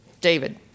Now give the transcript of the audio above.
David